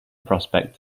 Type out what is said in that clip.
prospect